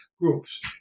groups